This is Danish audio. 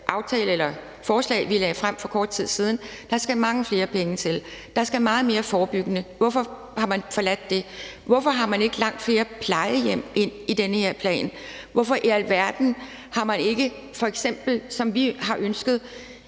et økonomisk forslag, som vi lagde frem for kort tid siden. Der skal mange flere penge til. Der skal meget mere forebyggende til. Hvorfor har man forladt det? Hvorfor har man ikke langt flere plejehjem i den her plan? Hvorfor i alverden har man ikke, som vi f.eks. har ønsket,